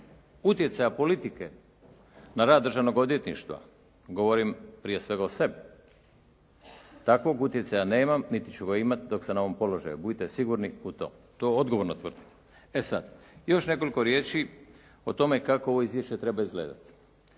utjecaja politike na rad Državnog odvjetništva, govorim prije svega o sebi, takvog utjecaja nemam niti ću ga imati dok sam na ovom položaju, budite sigurni u to. To odgovorno tvrdim. E sada, još nekoliko riječi o tome kako ovo izvješće treba izgledati.